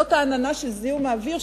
זאת העננה של זיהום האוויר,